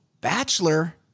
Bachelor